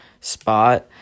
spot